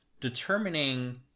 determining